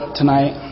tonight